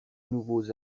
nouveaux